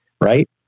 right